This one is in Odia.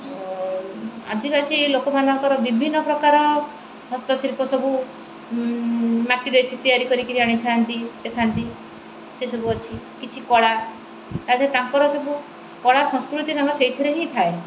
ଆଦିବାସୀ ଲୋକମାନଙ୍କର ବିଭିନ୍ନ ପ୍ରକାର ହସ୍ତଶିଳ୍ପ ସବୁ ମାଟିରେ ତିଆରି କରିକିରି ଆଣିଥାନ୍ତି ଦେଖାନ୍ତି ସେସବୁ ଅଛି କିଛି କଳା ତାଙ୍କର ସବୁ କଳା ସଂସ୍କୃତି ତାଙ୍କ ସେଇଥିରେ ହିଁ ଥାଏ